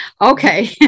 Okay